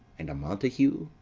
and a montague?